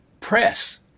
press